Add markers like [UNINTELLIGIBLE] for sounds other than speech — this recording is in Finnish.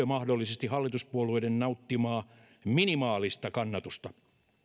[UNINTELLIGIBLE] mahdollisesti hallituspuolueiden nauttimaa minimaalista kannatusta